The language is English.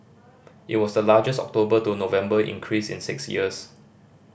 it was the largest October to November increase in six years